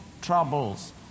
troubles